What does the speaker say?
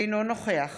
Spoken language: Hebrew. אינו נוכח